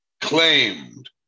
claimed